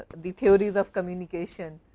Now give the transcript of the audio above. the theories of communication